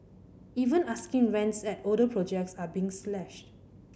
even asking rents at older projects are being slashed